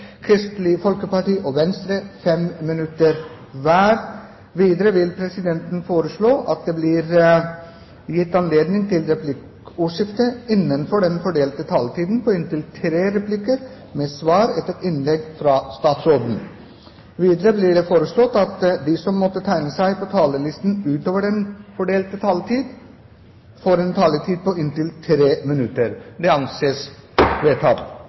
Kristelig Folkeparti og Venstre 5 minutter hver. Videre vil presidenten foreslå at det blir gitt anledning til replikkordskifte på inntil tre replikker med svar etter innlegg fra statsråden innenfor den fordelte taletid. Videre blir det foreslått at de som måtte tegne seg på talerlisten utover den fordelte taletid, får en taletid på inntil 3 minutter. – Det anses vedtatt.